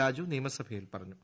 രാജു നിയമസഭയിൽ പറഞ്ഞു